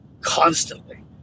constantly